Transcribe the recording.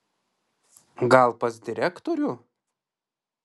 gal pas direktorių